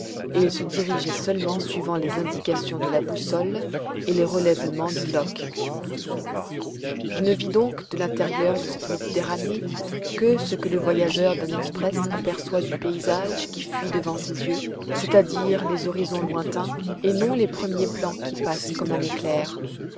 et il se dirigeait seulement suivant les indications de la boussole et les relèvements du loch je ne vis donc de l'intérieur de cette méditerranée que ce que le voyageur d'un express aperçoit du paysage qui fuit devant ses yeux c'est-à-dire les horizons lointains et non les premiers plans qui passent comme un éclair